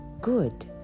good